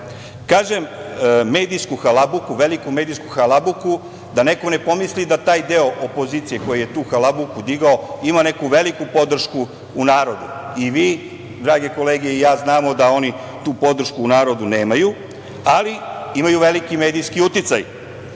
veliku medijsku halabuku, da neko ne pomisli da taj deo opozicije koji je tu halabuku podigao ima neku veliku podršku u narodu i vi drage kolege, i ja znamo da oni tu podršku u narodu nemaju, ali imaju veliki medijski uticaj. Možemo